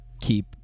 keep